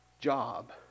job